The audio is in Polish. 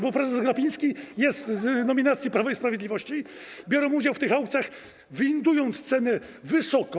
bo prezes Glapiński został prezesem z nominacji Prawa i Sprawiedliwości, biorą udział w tych aukcjach, windując cenę wysoko.